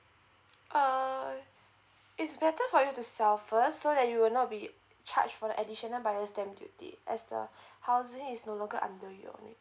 uh it's better for you to sell first so that you will not be charged for the additional buyer's stamp duty as the housing is no longer under your name